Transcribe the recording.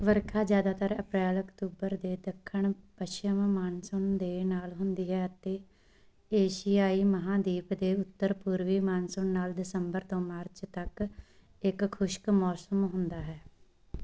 ਵਰਖਾ ਜ਼ਿਆਦਾਤਰ ਅਪ੍ਰੈਲ ਅਕਤੂਬਰ ਦੇ ਦੱਖਣ ਪੱਛਮ ਮੌਨਸੂਨ ਦੇ ਨਾਲ ਹੁੰਦੀ ਹੈ ਅਤੇ ਏਸ਼ੀਆਈ ਮਹਾਂਦੀਪ ਦੇ ਉੱਤਰ ਪੂਰਬੀ ਮੌਨਸੂਨ ਨਾਲ ਦਸੰਬਰ ਤੋਂ ਮਾਰਚ ਤੱਕ ਇੱਕ ਖੁਸ਼ਕ ਮੌਸਮ ਹੁੰਦਾ ਹੈ